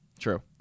True